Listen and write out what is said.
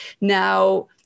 Now